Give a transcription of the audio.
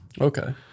Okay